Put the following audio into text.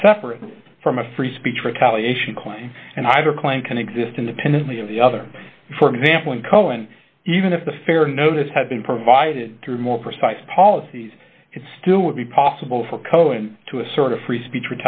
and separate from a free speech retaliation klein and either claim can exist independently of the other for example and co and even if the fair notice had been provided through more precise policies it still would be possible for cohen to a sort of free speech